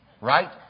Right